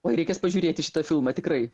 oi reikės pažiūrėti šitą filmą tikrai